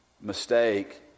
mistake